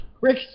Rick